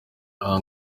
aha